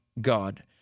God